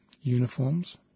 uniforms